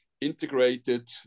integrated